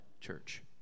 church